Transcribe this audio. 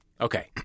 Okay